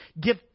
Give